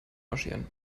marschieren